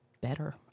better